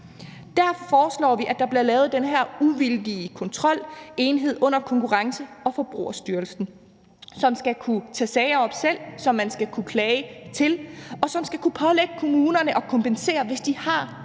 Derfor foreslår vi, at der bliver lavet den her uvildige kontrolenhed under Konkurrence- og Forbrugerstyrelsen, som skal kunne tage sager op selv, som man skal kunne klage til, og som skal kunne pålægge kommunerne at kompensere, hvis de har